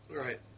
Right